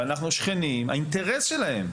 הוא הפוך.